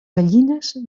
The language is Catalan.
gallines